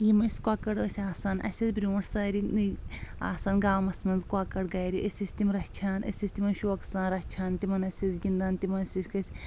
یِم اسہِ کۄکر ٲسۍ آسان اسہِ ٲسۍ برٛونٛٹھ سٲرِنٕے آسان گامس منٛز کۄکر گرِ أسۍ ٲسۍ تِم رچھان أسۍ ٲسۍ تِمن شوقہٕ سان رچھان تِم ٲسۍ أسۍ گِندان تہِ تِمن ٲسۍ أسۍ